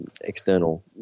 external